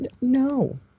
No